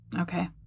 okay